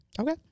Okay